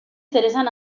zeresan